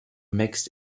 mixed